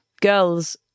girls